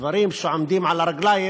דברים שעומדים על הרגליים,